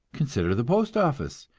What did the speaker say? consider the postoffice,